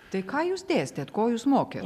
tai ką jūs dėstėt ko jūs mokė